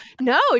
No